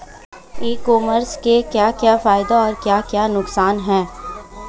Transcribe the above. ई commerce के क्या क्या फायदे और क्या क्या नुकसान है?